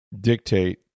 dictate